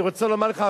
אני רוצה לומר לך,